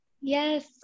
Yes